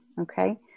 okay